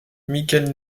michel